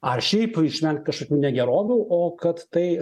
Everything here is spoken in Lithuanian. ar šiaip išvengt kažkokių negerovių o kad tai